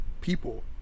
people